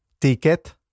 ticket